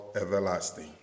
everlasting